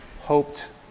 Hoped